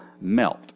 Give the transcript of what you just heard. melt